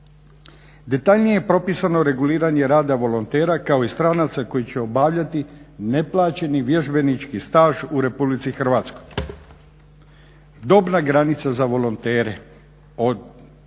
Detaljnije je propisano reguliranje rada volontera, kao i stranaca koji će obavljati neplaćeni vježbenički staž u Republici Hrvatskoj. Dobna granica za volontere